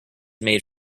made